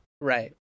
Right